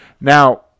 Now